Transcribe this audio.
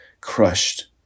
crushed